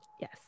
Yes